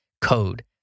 code